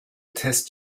test